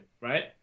right